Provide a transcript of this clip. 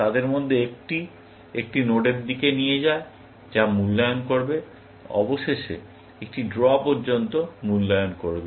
তাদের মধ্যে একটি একটি নোডের দিকে নিয়ে যায় যা মূল্যায়ন করবে অবশেষে একটি ড্র পর্যন্ত মূল্যায়ন করবে